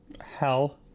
hell